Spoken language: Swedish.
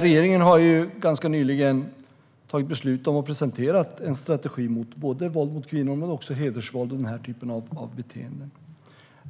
Regeringen har ganska nyligen tagit beslut om och presenterat en strategi mot våld mot kvinnor och också hedersvåld och den här typen av beteenden.